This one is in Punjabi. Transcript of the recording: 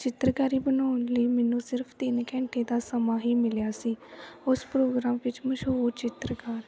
ਚਿੱਤਰਕਾਰੀ ਬਣਾਉਣ ਲਈ ਮੈਨੂੰ ਸਿਰਫ ਤਿੰਨ ਘੰਟੇ ਦਾ ਸਮਾਂ ਹੀ ਮਿਲਿਆ ਸੀ ਉਸ ਪ੍ਰੋਗਰਾਮ ਵਿੱਚ ਮਸ਼ਹੂਰ ਚਿੱਤਰਕਾਰ